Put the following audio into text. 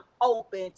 open